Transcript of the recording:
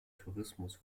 tourismus